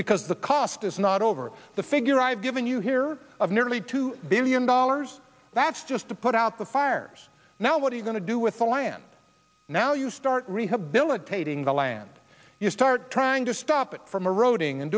because the cost is not over the figure i've given you here of nearly two billion dollars that's just to put out the fires now what are you going to do with the land now you start rehabilitating the land you start trying to stop it from eroding and